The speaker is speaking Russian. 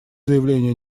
заявления